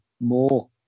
more